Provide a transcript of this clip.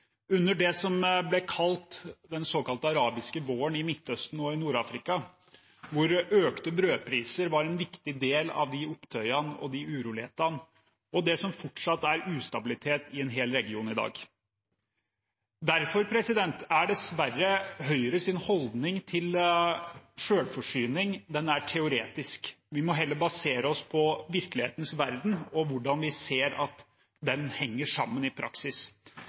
under det som ble kalt den arabiske våren i Midtøsten og i Nord-Afrika, der økte brødpriser var en viktig del av opptøyene og urolighetene og det som fortsatt er ustabilitet i en hel region i dag. Derfor er Høyres holdning til selvforsyning dessverre teoretisk. Vi må heller basere oss på virkelighetens verden og se hvordan den henger sammen i praksis.